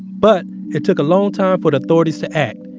but it took a long time for the authorities to act.